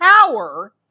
power